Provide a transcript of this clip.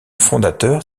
fondateur